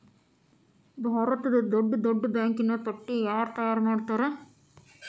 ಭಾರತದ್ದ್ ದೊಡ್ಡ್ ದೊಡ್ಡ್ ಬ್ಯಾಂಕಿನ್ ಪಟ್ಟಿನ ಯಾರ್ ತಯಾರ್ಮಾಡ್ತಾರ?